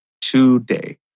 today